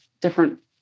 different